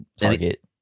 target